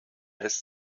his